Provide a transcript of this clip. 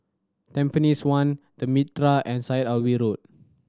Tampines One The Mitraa and Syed Alwi Road